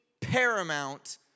paramount